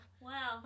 Wow